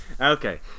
Okay